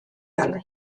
fel